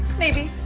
maybe.